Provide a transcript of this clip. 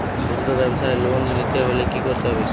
খুদ্রব্যাবসায় লোন নিতে হলে কি করতে হবে?